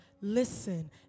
listen